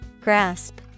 Grasp